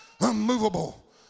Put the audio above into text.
unmovable